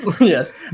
Yes